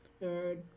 third